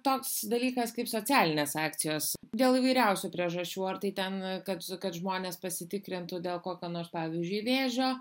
toks dalykas kaip socialinės akcijos dėl įvairiausių priežasčių ar tai ten kad kad žmonės pasitikrintų dėl kokio nors pavyzdžiui vėžio